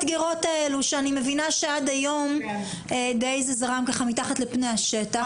מאתגרות האלו שאני מבינה שעד היום זה די זרם ככה מתחת לפני השטח.